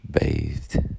bathed